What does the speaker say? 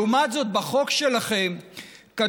לעומת זאת, בחוק שלכם כתוב